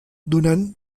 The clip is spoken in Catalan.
donant